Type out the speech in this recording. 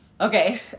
Okay